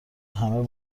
همه